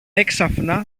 έξαφνα